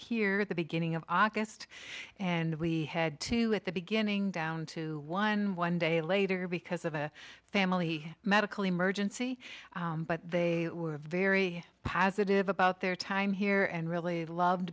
here at the beginning of august and we had two at the beginning down to one one day later because of a family medical emergency but they were very positive about their time here and really loved